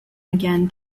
again